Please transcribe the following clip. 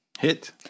Hit